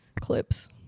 clips